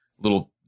little